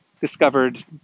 discovered